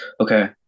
Okay